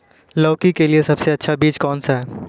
लौकी के लिए सबसे अच्छा बीज कौन सा है?